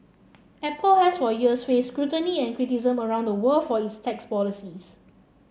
Apple has for years faced scrutiny and criticism around the world for its tax policies